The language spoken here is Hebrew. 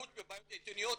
חוץ מבעיות אתניות